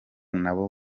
nabo